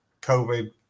COVID